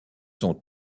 sont